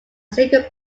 single